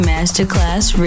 Masterclass